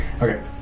Okay